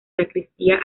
sacristía